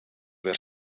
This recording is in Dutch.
weer